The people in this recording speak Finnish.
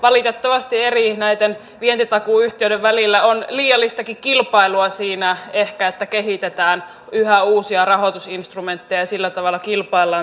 valitettavasti näiden eri vientitakuuyhtiöiden välillä on liiallistakin kilpailua ehkä siinä että kehitetään yhä uusia rahoitusinstrumentteja ja sillä tavalla kilpaillaan toisten kanssa